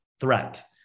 threat